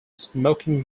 smoking